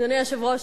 אדוני היושב-ראש,